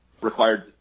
required